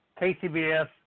KCBS